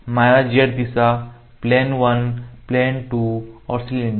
minus z दिशा plane 1 plane 2 और cylinder